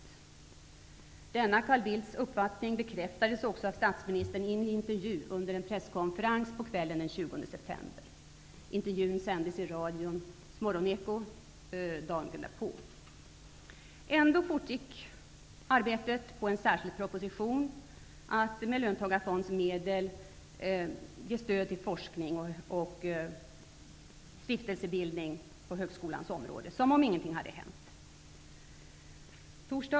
Denna statsminister Carl Bildts uppfattning bekräftades också av honom i en intervju under en presskonferens på kvällen den 20 Trots detta fortgick arbetet på en särskild proposition för att med löntagarfondsmedel ge stöd till forskning och stiftelsebildning på högskolans område som om ingenting hade hänt.